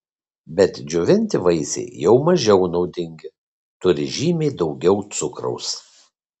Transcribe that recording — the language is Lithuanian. bet džiovinti vaisiai jau mažiau naudingi turi žymiai daugiau cukraus